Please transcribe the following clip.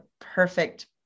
perfect